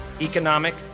economic